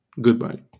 Goodbye